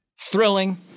thrilling